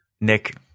Nick